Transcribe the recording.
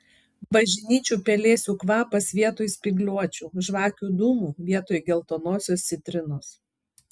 bažnyčių pelėsių kvapas vietoj spygliuočių žvakių dūmų vietoj geltonosios citrinos